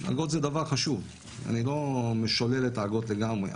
אגרות זה דבר חשוב ואני לא שולל את האגרות לגמרי,